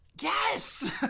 Yes